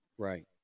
Right